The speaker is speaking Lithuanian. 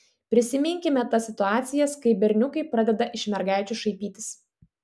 prisiminkime tas situacijas kai berniukai pradeda iš mergaičių šaipytis